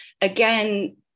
Again